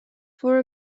for